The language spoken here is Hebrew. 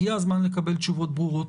הגיע הזמן לקבל תשובות ברורות.